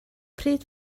pryd